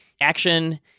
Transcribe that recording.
action